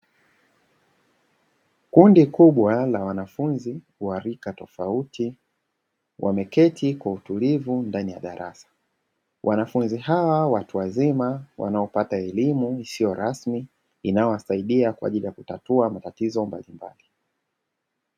Kundi kubwa la wanafunzi wa rika tofauti wameketi kwa utulivu ndani ya darasa, wanafunzi hawa watu wazima wanao pata elimu isiyo rasmi; inayowasaidia kwa ajili ya kutatua matatizo mbalimbali.